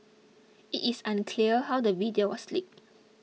it is unclear how the video was leaked